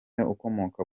ukomoka